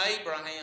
Abraham